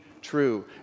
true